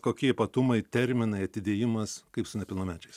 kokie ypatumai terminai atidėjimas kaip su nepilnamečiais